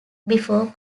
before